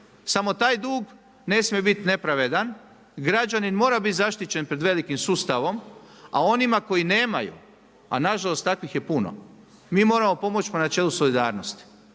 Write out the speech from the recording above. Samo taj dug, ne smije biti nepravedan, građanin mora biti zaštićen pred velikim sustavom, a onima koji nemaju, a nažalost takvih je puno, mi moramo pomoći po načelu solidarnosti.